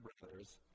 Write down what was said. brothers